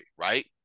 right